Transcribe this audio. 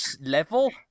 level